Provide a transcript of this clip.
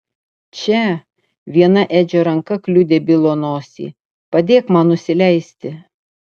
čia viena edžio ranka kliudė bilo nosį padėk man nusileisti